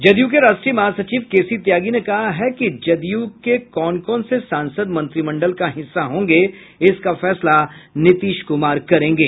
जदयू के राष्ट्रीय महासचिव के सी त्यागी ने कहा है कि जदयू के कौन सांसद मंत्रिमंडल का हिस्सा होंगे इसका फैसला नीतीश कुमार करेंगे